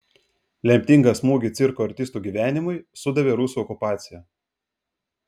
lemtingą smūgį cirko artistų gyvenimui sudavė rusų okupacija